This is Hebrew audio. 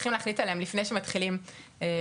צריכים להחליט עליהם לפני שמתחילים לעבוד?